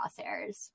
crosshairs